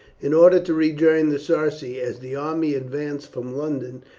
in order to rejoin the sarci as the army advanced from london.